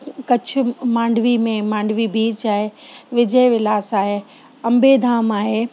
कच्छ मांडवी में मांडवी बीच आहे विजय विलास आहे अंबे धाम आहे